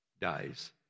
dies